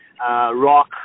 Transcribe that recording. rock